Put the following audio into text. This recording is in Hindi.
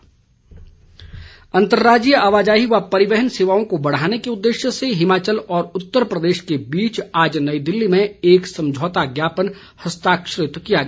एमओयू अंतर्राज्यीय आवाजाही व परिवहन सेवाओं को बढ़ाने के उद्देश्य से हिमाचल और उत्तर प्रदेश के बीच आज नई दिल्ली में एक समझौता ज्ञापन हस्ताक्षरित किया गया